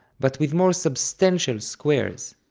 but with more substantial squares,